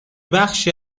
بخشی